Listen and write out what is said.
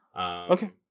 Okay